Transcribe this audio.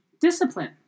discipline